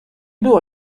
była